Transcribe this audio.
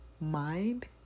mind